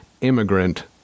immigrant